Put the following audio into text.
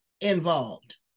involved